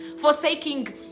forsaking